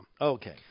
Okay